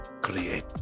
create